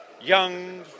young